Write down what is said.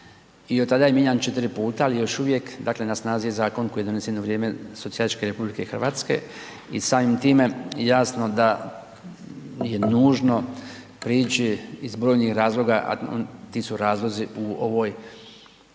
i od tada je mijenjan 4 puta ali još uvijek dakle na snazi je zakon koji je donesen u vrijeme Socijalističke Republike Hrvatske. I samim time jasno da je nužno prići iz brojnih razloga a ti su razlozi u ovoj,